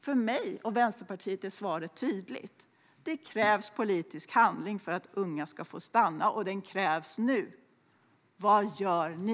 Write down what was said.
För mig och Vänsterpartiet är svaret tydligt: Det krävs politisk handling för att unga ska få stanna, och den krävs nu. Vad gör ni?